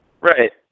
Right